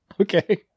okay